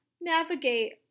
navigate